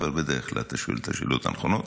אבל בדרך כלל אתה שואל את השאלות הנכונות,